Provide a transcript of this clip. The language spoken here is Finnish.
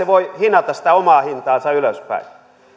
voi hinata sitä omaa hintaansa ylöspäin